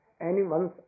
anyone's